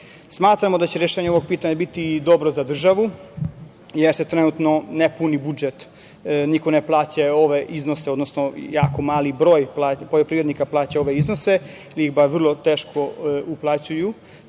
da će rešenje ovog pitanja biti dobro za državu, jer se trenutno ne puni budžet, niko ne plaća ove iznose, odnosno jako mali broj poljoprivrednika plaća ove iznose ili vrlo teško uplaćuju